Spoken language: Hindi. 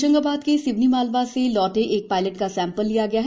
होशंगाबाद के सिवनीमालवा लौटे एक पायलट का सैंपल लिया गया है